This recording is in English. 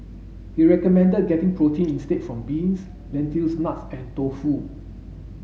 he recommended getting protein instead from beans lentils nuts and tofu